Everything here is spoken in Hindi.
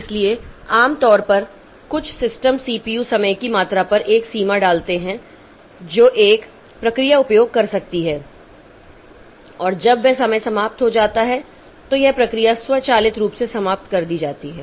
इसलिए आम तौर पर कुछ सिस्टम सीपीयू समय की मात्रा पर एक सीमा डालते हैं जो एक प्रक्रिया उपयोग कर सकती है और जब वह समय समाप्त हो जाता है तो यह प्रक्रिया स्वचालित रूप से समाप्त कर दी जाती है